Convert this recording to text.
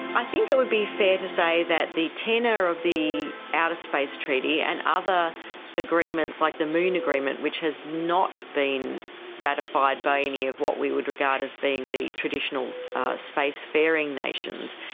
i think it would be fair to say that if the tenor of the outer space treaty and other agreements like the moon agreement which has not been ratified by any of what we would regard as being the traditional space faring nations,